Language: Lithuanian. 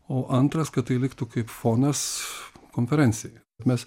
o antras kad tai liktų kaip fonas konferencijai mes